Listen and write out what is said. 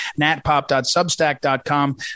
natpop.substack.com